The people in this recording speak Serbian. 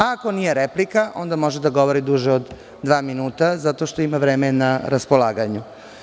Ako nije replika, onda može da govori duže od dva minuta, zato što ima vremena na raspolaganju.